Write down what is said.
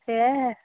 ᱦᱮᱸ ᱦᱮᱸ